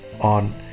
on